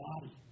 body